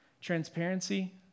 Transparency